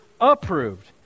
approved